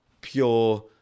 pure